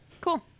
Cool